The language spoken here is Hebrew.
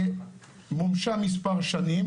ומומשה מספר שנים.